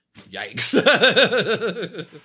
Yikes